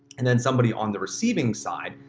and then somebody on the receiving side,